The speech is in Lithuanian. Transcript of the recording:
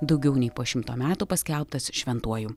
daugiau nei po šimto metų paskelbtas šventuoju